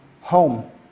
home